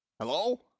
Hello